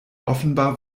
offenbar